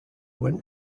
went